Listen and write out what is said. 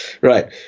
Right